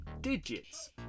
digits